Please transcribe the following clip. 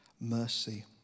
mercy